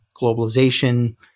globalization